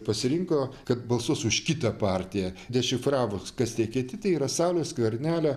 pasirinko kad balsuos už kitą partiją dešifravus kas tie kiti tai yra sauliaus skvernelio